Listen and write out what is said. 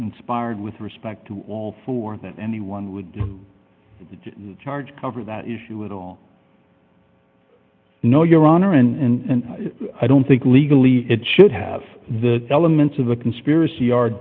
conspired with respect to all four that anyone would charge cover that issue at all no your honor and i don't think legally it should have the elements of a conspiracy ar